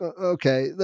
okay